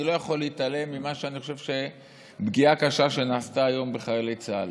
אני לא יכול להתעלם מפגיעה קשה שאני חושב שנעשתה היום בחיילי צה"ל.